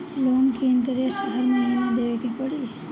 Loan के interest हर महीना देवे के पड़ी?